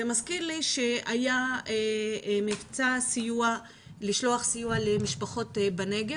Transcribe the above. זה מזכיר לי שהיה מבצע לשלוח סיוע למשפחות בנגב